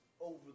over